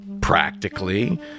practically